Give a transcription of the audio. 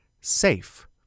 SAFE